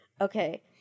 Okay